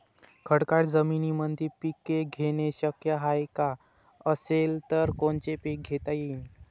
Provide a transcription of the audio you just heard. खडकाळ जमीनीमंदी पिके घेणे शक्य हाये का? असेल तर कोनचे पीक घेता येईन?